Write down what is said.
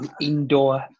indoor